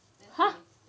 !huh!